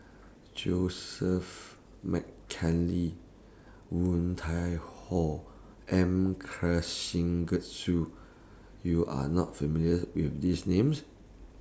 Joseph Woon Tai Ho M YOU Are not familiar with These Names